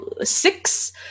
six